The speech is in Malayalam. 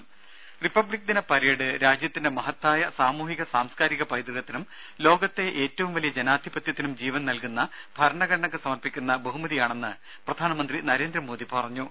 രുഭ റിപ്പബ്ലിക് ദിന പരേഡ് രാജ്യത്തിന്റെ മഹത്തായ സാമൂഹിക സാംസ്കാരിക പൈതൃകത്തിനും ലോകത്തെ ഏറ്റവും വലിയ ജനാധിപത്യത്തിനും ജീവൻ നൽകുന്ന ഭരണഘടനക്ക് സമർപ്പിക്കുന്ന ബഹുമതിയാണെന്ന് പ്രധാനമന്ത്രി നരേന്ദ്രമോദി പറഞ്ഞു